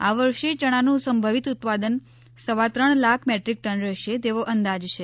આ વર્ષે યણાનું સંભવિત ઉત્પાદન સવા ત્રણ લાખ મેદ્રિક ટન રહેશે તેવો અંદાજ છે